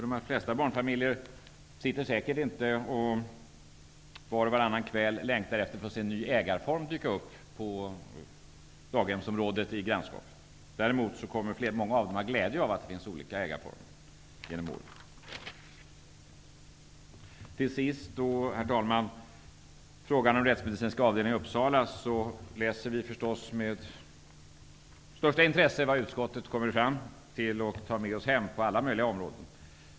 De flesta barnfamiljer sitter säkert inte och var och varannan kväll längtar efter att en ny ägarform dyker upp på dagisområdet i grannskapet. Däremot kommer flera av dem att ha glädje av att det finns olika ägarformer. Till sist, herr talman, till frågan om den rättsmedicinska avdelningen i Uppsala. Vi läser naturligtvis med största intresse vad utskottet kommer fram till på alla möjliga områden och tar med oss hem.